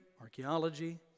archaeology